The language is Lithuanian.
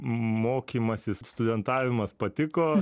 mokymasis studentavimas patiko